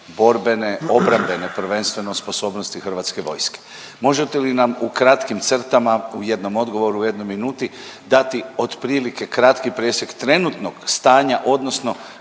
borbene obrambene prvenstveno sposobnosti Hrvatske vojske. Možete li nam u kratkim crtama u jednome odgovoru, jednoj minuti dati otprilike kratki presjek trenutnog stanja odnosno